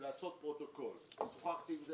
לעשות פרוטוקול - שוחחתי עם כך